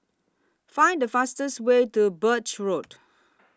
Find The fastest Way to Birch Road